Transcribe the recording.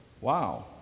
wow